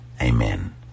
Amen